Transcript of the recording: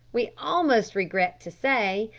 we almost regret to say,